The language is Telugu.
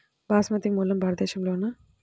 బాస్మతి మూలం భారతదేశంలోనా?